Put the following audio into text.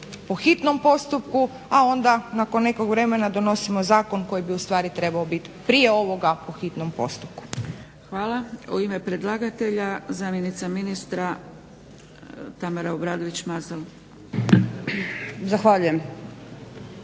po hitnom postupku, a onda nakon nekog vremena donosimo zakon koji bi ustvari trebao biti prije ovoga po hitnom postupku. **Zgrebec, Dragica (SDP)** Hvala. U ime predlagatelja zamjenica ministra Tamara Obradović-Mazel. **Obradović